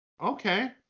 Okay